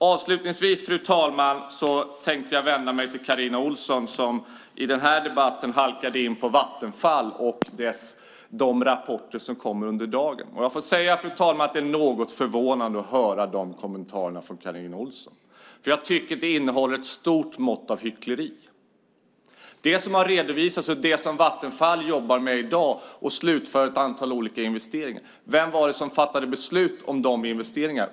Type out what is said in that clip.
Avslutningsvis, fru talman, tänkte jag vända mig till Carina Ohlsson som i den här debatten halkade in på Vattenfall och de rapporter som kommit under dagen. Jag får säga att det är något förvånande att höra dessa kommentarer från Carina Ohlsson, för jag tycker att de innehåller ett stort mått av hyckleri. Vilka var det som fattade beslut om de olika investeringar som Vattenfall i dag jobbar med att slutföra?